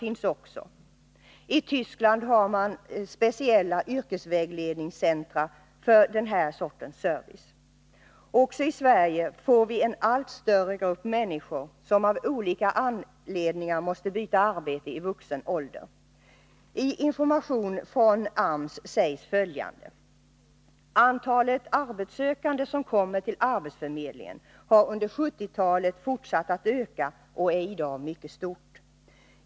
I Tyskland har man speciella yrkesvägledningscentra för den här sortens service. Också i Sverige får vi en allt större grupp människor som av olika anledningar måste byta arbete i vuxen ålder. I information från AMS sägs följande: ”Antalet arbetssökande som kommer till arbetsförmedlingen har under 1970-talet fortsatt att öka och är i dag mycket stort.